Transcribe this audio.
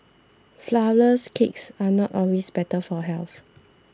Flourless Cakes are not always better for health